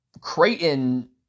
Creighton